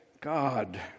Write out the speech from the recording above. God